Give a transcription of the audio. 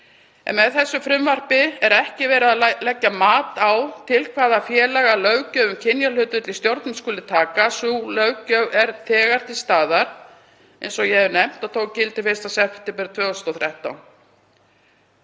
en með þessu frumvarpi er ekki verið að leggja mat á til hvaða félaga löggjöf um kynjahlutföll í stjórnum skuli taka. Sú löggjöf er þegar til staðar, eins og ég hef nefnt, og tók gildi 1. september 2013.